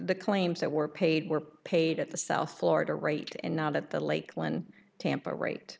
the claims that were paid were paid at the south florida rate and not at the lakeland tampa rate